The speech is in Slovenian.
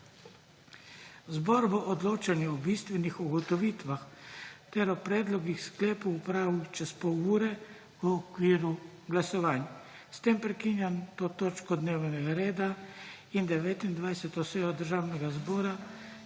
Zbor bo odločanje o bistvenih ugotovitvah ter o predlogih sklepov opravil čez pol ure v okviru glasovanj. S tem prekinjam to točko dnevnega reda in 29. sejo Državnega zbora,